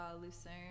Lucerne